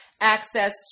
access